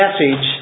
message